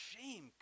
Shame